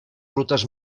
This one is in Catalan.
rutes